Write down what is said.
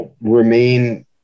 remain